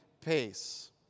pace